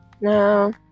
No